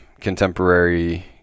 contemporary